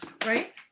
Right